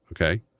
Okay